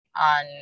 on